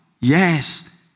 Yes